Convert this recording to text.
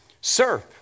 Sir